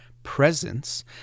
presence